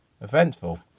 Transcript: eventful